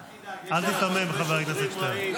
אל תדאג, יש היום הרבה שוטרים רעים.